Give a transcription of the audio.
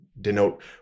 denote